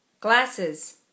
Glasses